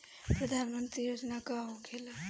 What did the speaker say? प्रधानमंत्री योजना का होखेला?